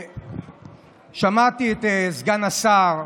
שמעתי את סגן השר,